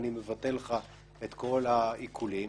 אני מבטל לך את כל העיקולים,